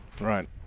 right